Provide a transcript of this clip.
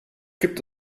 gibt